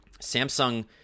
Samsung